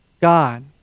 God